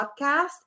podcast